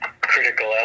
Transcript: critical